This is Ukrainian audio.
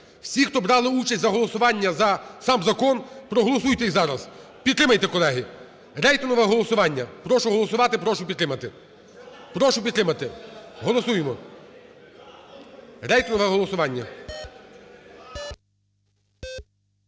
Всі хто брали участь за голосування за сам закон, проголосуйте і зараз. Підтримайте, колеги, рейтингове голосування. Прошу голосувати, прошу підтримати. Прошу підтримати. Голосуємо. Рейтингове голосування.